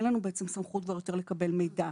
אין לנו כבר סמכות לקבל מידע.